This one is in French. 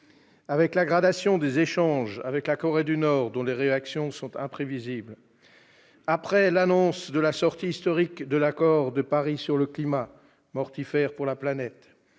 Après la gradation des échanges avec la Corée du Nord, dont les réactions sont imprévisibles, après l'annonce de la sortie historique de l'accord de Paris sur le climat, mortifère pour la planète,